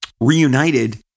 reunited